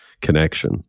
connection